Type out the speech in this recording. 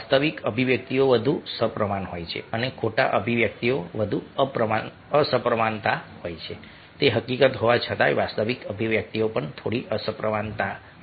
વાસ્તવિક અભિવ્યક્તિઓ વધુ સપ્રમાણ હોય છે અને ખોટા અભિવ્યક્તિઓ વધુ અસમપ્રમાણતા હોય છે તે હકીકત હોવા છતાં કે વાસ્તવિક અભિવ્યક્તિઓ પણ થોડી અસમપ્રમાણતા હોય છે